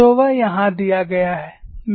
तो वह यहाँ दिया गया है